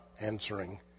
answering